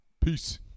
peace